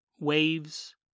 waves